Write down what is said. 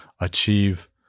achieve